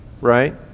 right